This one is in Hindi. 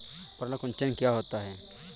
पर्ण कुंचन क्या होता है?